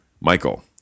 Michael